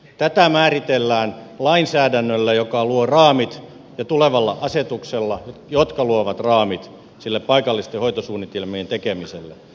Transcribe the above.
tätä määritellään lainsäädännöllä ja tulevalla asetuksella jotka luovat raamit sille paikallisten hoitosuunnitelmien tekemiselle